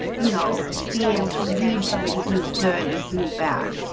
you know being able to read somebody who's good and who's bad